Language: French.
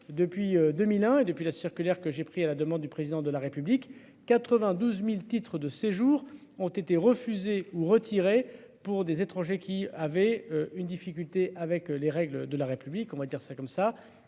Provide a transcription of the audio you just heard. Depuis 2001 et depuis la circulaire que j'ai pris à la demande du président de la République, 92.000 titres de séjour ont été refusés ou retirés pour des étrangers qui avait une difficulté avec les règles de la République, on va dire ça comme ça